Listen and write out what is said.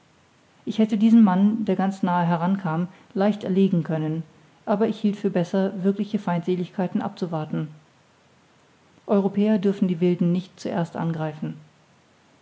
ich hätte diesen mann der ganz nahe heran kam leicht erlegen können aber ich hielt für besser wirkliche feindseligkeiten abzuwarten europäer dürfen die wilden nicht zuerst angreifen